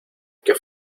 que